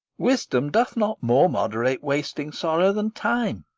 wisdom doth not more moderate wasting sorrow than time.